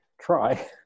try